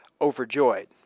overjoyed